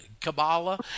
Kabbalah